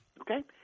okay